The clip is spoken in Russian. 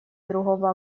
другого